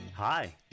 Hi